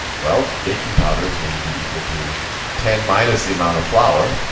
well, baking powder is going to be equal to ten minus the amount of flour.